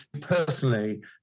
personally